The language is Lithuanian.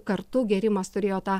kartu gėrimas turėjo tą